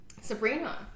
Sabrina